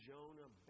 Jonah